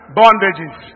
bondages